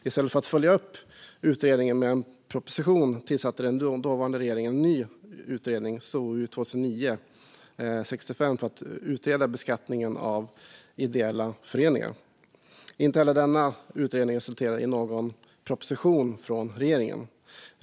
I stället för att följa upp utredningen med en proposition tillsatte den dåvarande regeringen en ny utredning, SOU 2009:65, för att utreda beskattningen av ideella föreningar. Inte heller denna utredning resulterade i någon proposition från regeringen.